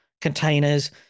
containers